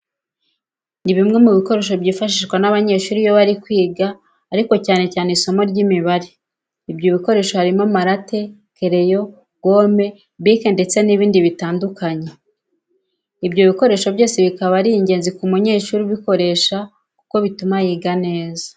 Ni bimwe mu bikoresho byifashishwa n'abanyeshuri iyo bari kwiga ariko cyane cyane isomo ry'Imibare. Ibyo bikoresho harimo amarate, kereyo, gome, bike ndeste n'ibindi bitandukanye. Ibyo bikoresho byose bikaba ari ingenzi ku munyeshuri ubukoresha kuko bituma yiga neza.